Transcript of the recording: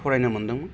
फरायनो मोनदोंमोन